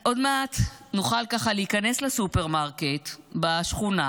עוד מעט נוכל ככה להיכנס לסופרמרקט בשכונה,